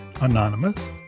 Anonymous